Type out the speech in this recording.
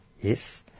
Yes